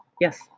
Yes